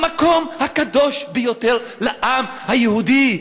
המקום הקדוש ביותר לעם היהודי,